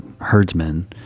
herdsmen